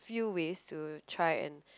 few ways to try and